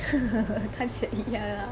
还是一样 ah